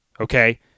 okay